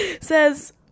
says